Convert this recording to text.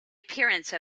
appearance